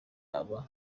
aba